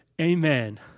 Amen